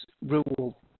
rule